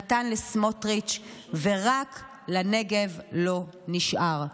נתן לסמוטריץ', ורק לנגב לא נשאר.